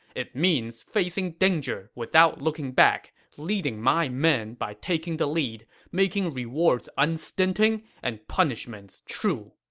it means facing danger without looking back leading my men by taking the lead making rewards unstinting and punishments true.